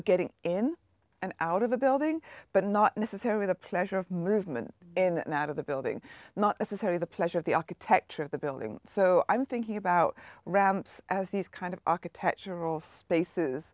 getting in and out of the building but not necessarily the pleasure of movement in and out of the building not necessarily the pleasure of the architecture of the building so i'm thinking about ramps as these kind of architectural spaces